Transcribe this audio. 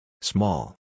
Small